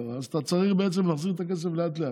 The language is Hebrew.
אז אתה צריך להחזיר את הכסף לאט-לאט.